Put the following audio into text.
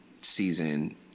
season